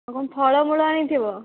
ଆଉ କ'ଣ ଫଳମୂଳ ଅଣିଥିବ